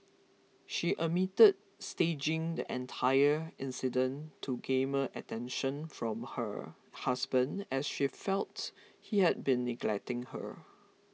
she admitted staging the entire incident to garner attention from her husband as she felt he had been neglecting her